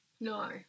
No